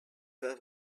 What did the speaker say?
favre